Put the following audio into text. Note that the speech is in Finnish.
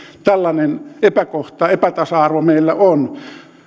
tällainen epäkohta epätasa arvo meillä on